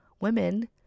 women